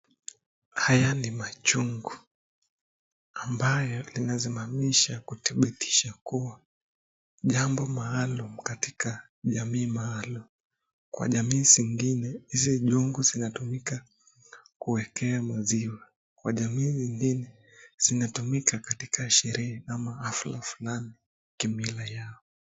Haya ni machungu, amabyo linasimamisha kudhibitisha kuwa, jambo maalum katika jamii maalum, kwa jamii zingine hizi chungu zinatumika kuwekea maziwa. Kwa jamii zingine zinatumika katika sherehe ama hafla fulani ki mila yao.